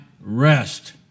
rest